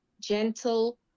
gentle